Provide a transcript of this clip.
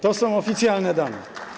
To są oficjalne dane.